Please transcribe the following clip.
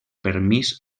permís